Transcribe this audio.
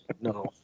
No